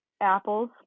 apples